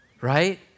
right